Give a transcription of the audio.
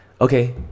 okay